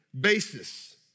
basis